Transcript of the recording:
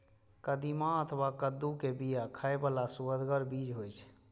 कदीमा अथवा कद्दू के बिया खाइ बला सुअदगर बीज होइ छै